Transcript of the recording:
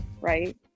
Right